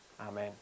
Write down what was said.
amen